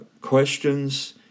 questions